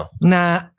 na